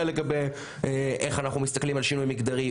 לגבי איך אנחנו מסתכלים על שינוי מגדרי,